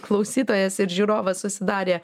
klausytojas ir žiūrovas susidarė